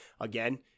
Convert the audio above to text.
again